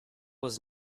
was